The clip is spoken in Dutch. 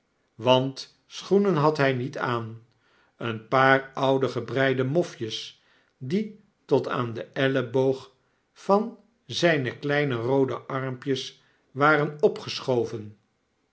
want schoenen had hjj niet aan een paar oude gebreide mofjes die tot aan den elfeboog van zyne kleine roode armpjes waren opgeschoven